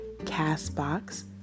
CastBox